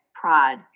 pride